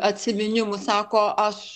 atsiminimų sako aš